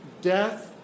Death